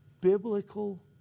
biblical